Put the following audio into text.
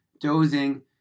dozing